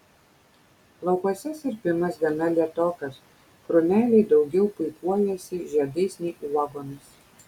laukuose sirpimas gana lėtokas krūmeliai daugiau puikuojasi žiedais nei uogomis